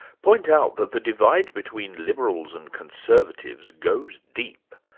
point out that the divide between liberals and conservatives, goes deep.